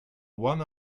one